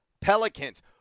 Pelicans